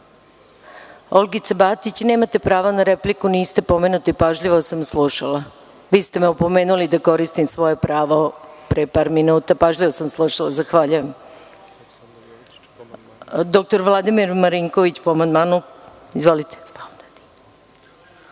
Vreme. Olgice Batić, nemate pravo na repliku. Niste pomenuti. Pažljivo sam slušala. Vi ste me opomenuli da koristim svoje pravo pre par minuta. Pažljivo sam slušala. Zahvaljujem. Reč ima dr. Vladimir Marinković, po amandmanu. Izvolite.